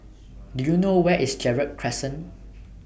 Do YOU know Where IS Gerald Crescent